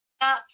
up